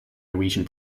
norwegian